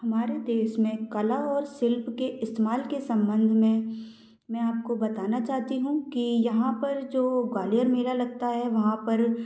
हमारे देश में कला और शिल्प के इस्तेमाल के सम्बंध में मैं आपको बताना चाहती हूँ कि यहाँ पर जो ग्वालियर मेला लगता है वहाँ पर